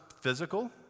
physical